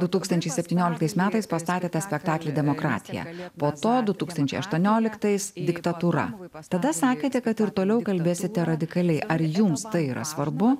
du tūkstančiai septynioliktais metais pastatė spektaklį demokratija po to du tūkstančiai aštuonioliktais diktatūra tada sakė kad ir toliau kalbėsite radikaliai ar jums tai yra svarbu